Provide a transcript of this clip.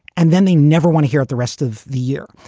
and then they never want to hear it the rest of the year.